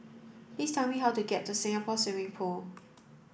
please tell me how to get to Singapore Swimming Club